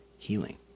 Healing